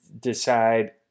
decide